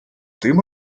тим